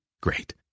Great